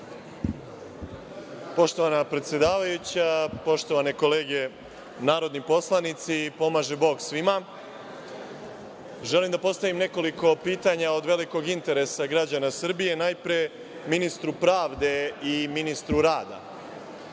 Poštovana predsedavajuća, poštovane kolege, narodni poslanici, pomaže Bog svima. Želim da postavim nekoliko pitanja od velikog interesa građana Srbije, najpre ministru pravde i ministru rada.